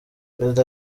perezida